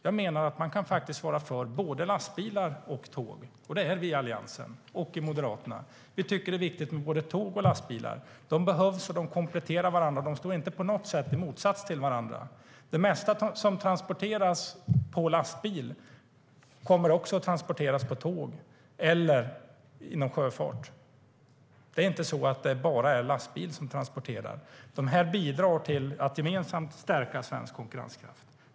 Jag menar att man faktiskt kan vara för både lastbilar och tåg. Det är vi i Alliansen och Moderaterna. Vi tycker att det är viktigt med både tåg och lastbilar. De behövs, de kompletterar varandra och de står inte på något sätt i motsats till varandra. Det mesta som transporteras på lastbil kommer också att transporteras på tåg eller inom sjöfarten. Det är inte bara lastbilar som transporterar, utan tåg och sjöfart bidrar till att gemensamt stärka svensk konkurrenskraft.